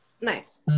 Nice